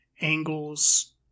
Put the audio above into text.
angles